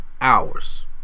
hours